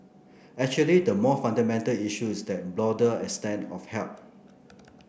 actually the more fundamental issue is that broader extent of help